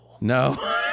No